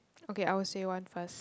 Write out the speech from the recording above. okay I will say one first